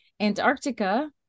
Antarctica